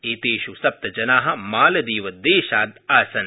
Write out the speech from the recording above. एतेष् सप्तजना मालदीवदेशात् आसन्